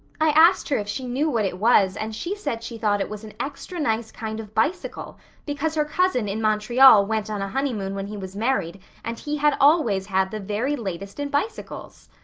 i asked her if she knew what it was and she said she thought it was an extra nice kind of bicycle because her cousin in montreal went on a honeymoon when he was married and he had always had the very latest in bicycles!